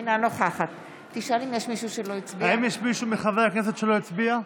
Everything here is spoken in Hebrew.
אינה נוכחת האם יש מישהו מחברי הכנסת שלא הצביע?